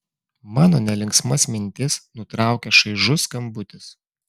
mano nelinksmas mintis nutraukia šaižus skambutis